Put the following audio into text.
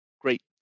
Great